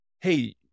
hey